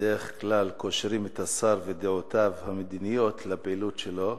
בדרך כלל קושרים את השר ואת דעותיו המדיניות לפעילות שלו,